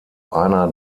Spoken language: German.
einer